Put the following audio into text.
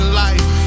life